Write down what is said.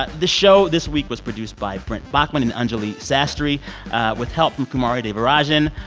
ah the show this week was produced by brent baughman and anjuli sastry with help from kumari devarajan.